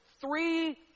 three